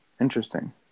Interesting